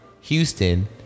houston